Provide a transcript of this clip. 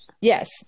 Yes